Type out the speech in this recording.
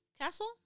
Castle